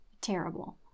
Terrible